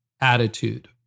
attitude